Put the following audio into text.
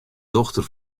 dochter